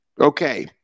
Okay